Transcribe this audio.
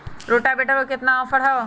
Rotavator पर केतना offer हव?